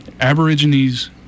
Aborigines